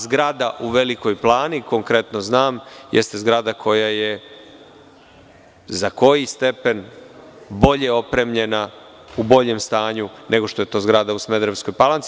Zgrada u Velikoj Plani, konkretno znam, jeste zgrada koja je za koji stepen bolje opremljena, u boljem stanju nego što je to zgrada u Smederevskoj Palanci.